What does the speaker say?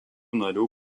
narių